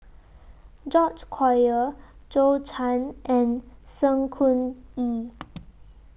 George Collyer Zhou Can and Sng Choon Yee